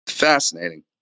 fascinating